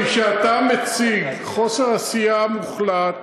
כי כשאתה מציג חוסר עשייה מוחלט